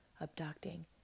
abducting